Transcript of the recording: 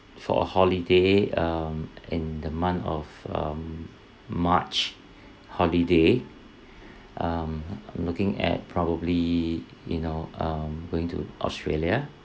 for a holiday um in the month of um march holiday um I'm looking at probably you know um going to australia